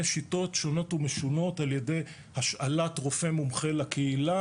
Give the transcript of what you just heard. שיטות שונות ומשונות על ידי השאלת רופא מומחה לקהילה